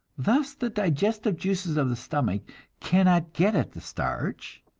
thus the digestive juices of the stomach cannot get at the starch,